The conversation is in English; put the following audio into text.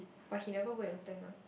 but he never go and attend ah